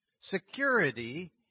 Security